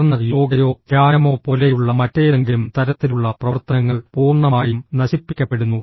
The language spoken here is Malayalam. തുടർന്ന് യോഗയോ ധ്യാനമോ പോലെയുള്ള മറ്റേതെങ്കിലും തരത്തിലുള്ള പ്രവർത്തനങ്ങൾ പൂർണ്ണമായും നശിപ്പിക്കപ്പെടുന്നു